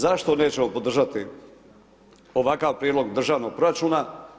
Zašto nećemo podržati ovakav prijedlog državnog proračuna?